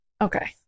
Okay